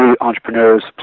entrepreneurs